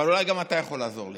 אבל אולי גם אתה יכול לעזור לי.